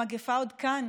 המגפה עוד כאן